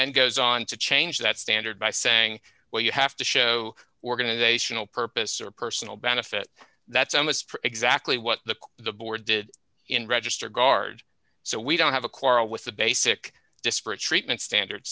then goes on to change that standard by saying well you have to show organizational purpose or personal benefit that's almost exactly what the the boarded in register guard so we don't have a quarrel with the basic disparate treatment standard